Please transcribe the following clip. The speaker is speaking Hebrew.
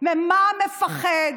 ממה מפחד